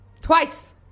Twice